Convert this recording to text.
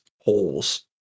holes